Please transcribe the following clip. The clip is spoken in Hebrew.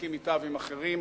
להסכים אתה ועם אחרים,